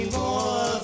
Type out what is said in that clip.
more